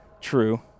True